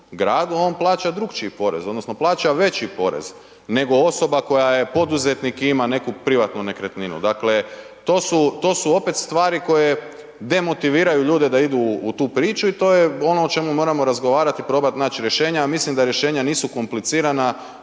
on plaća drukčiji porez odnosno plaća veći porez nego osoba koja je poduzetnik i ima neku privatnu nekretninu. Dakle to su opet stvari koje demotiviraju ljude da idu u tu priču i to je ono o čemu moramo razgovarati i probat naći rješenja, a mislim da rješenja nisu komplicirana